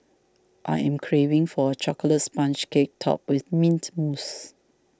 I am craving for a Chocolate Sponge Cake Topped with Mint Mousse